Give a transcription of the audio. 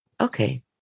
Okay